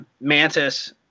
mantis